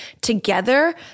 together